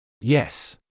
Yes